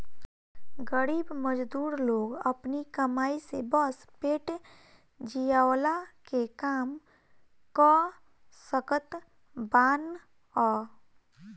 गरीब मजदूर लोग अपनी कमाई से बस पेट जियवला के काम कअ सकत बानअ